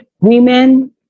women